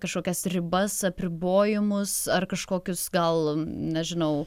kažkokias ribas apribojimus ar kažkokius gal nežinau